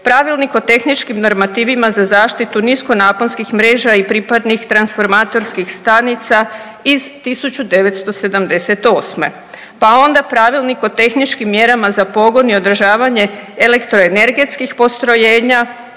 Pravilnik o tehničkim normativima za zaštitu niskonaponskih mreža i pripadnih transformatorskih stanica iz 1978., pa onda Pravilnik o tehničkim mjerama za pogon i održavanje elektroenergetskih postrojenja